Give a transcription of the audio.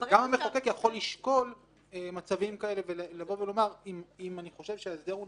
גם המחוקק יכול לשקול מצבים כאלה ולומר שאם הוא חושב שההסדר נכון,